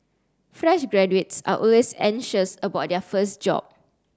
fresh graduates are always anxious about their first job